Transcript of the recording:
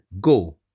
Go